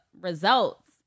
results